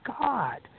God